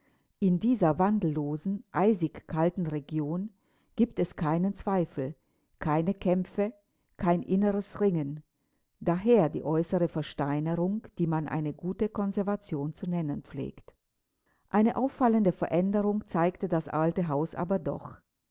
in dieser wandellosen eisigkalten region gibt es keinen zweifel keine kämpfe kein inneres ringen daher die äußere versteinerung die man eine gute konservation zu nennen pflegt eine auffallende veränderung zeigte das alte haus aber doch